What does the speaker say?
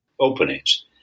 openings